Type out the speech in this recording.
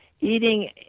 Eating